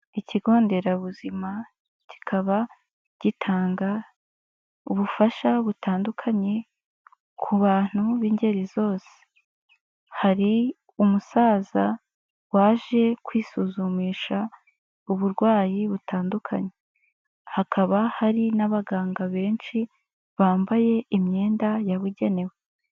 Ikigo nderabuzima kikaba gitanga ubufasha butandukanye ku bantu b'ingeri zose. Hari umusaza waje kwisuzumisha uburwayi butandukanye. Hakaba hari n'abaganga benshi bambaye imyenda yabugenewe.